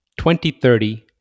2030